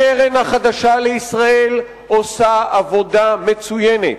הקרן החדשה לישראל עושה עבודה מצוינת.